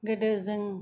गोदो जों